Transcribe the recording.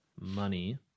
money